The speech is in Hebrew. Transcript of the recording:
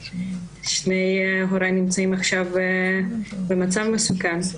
שני הוריי נמצאים עכשיו במצב מסוכן,